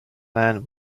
man